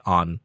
on